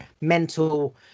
mental